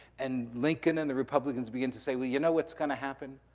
and lincoln and the republicans begin to say, well, you know what's gonna happen?